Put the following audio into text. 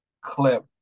clip